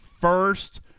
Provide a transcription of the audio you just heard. first